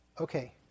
Okay